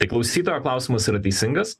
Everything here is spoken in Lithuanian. tai klausytojo klausimas yra teisingas